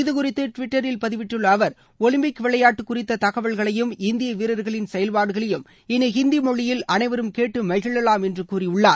இதுகுறித்து டுவிட்டரில் பதிவிட்டுள்ள அவர் ஒலிம்பிக் விளையாட்டு குறித்த தகவல்களையும் இந்திய வீரர்களின் செயல்பாடுகளையும் இனி ஹிந்தி மொழியில் அனைவரும் கேட்டு மகிழவாம் என்று கூறியுள்ளார்